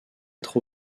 être